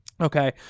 okay